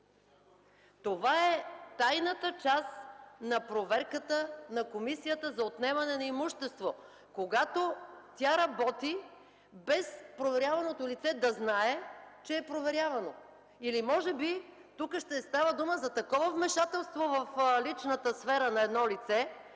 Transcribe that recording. Това е тайната част на проверката на Комисията за отнемане на имущество – когато тя работи без проверяваното лице да знае, че е проверявано. Или може би тук ще става дума за такова вмешателство в личната сфера на едно лице,